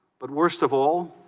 but worst of all